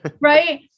Right